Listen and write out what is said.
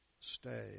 stay